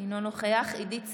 אינו נוכח עידית סילמן,